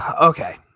Okay